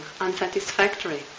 unsatisfactory